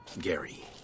Gary